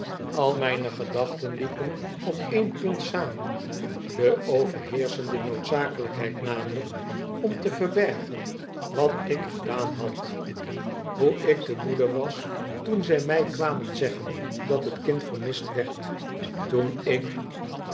al myne gedachten liepen op een punt samen de overheerschende noodzakelykheid namelyk om te verbergen wat ik gedaan had hoe ik te moede was toen zij my kwamen zeggen dat het kind vermist werd toen ik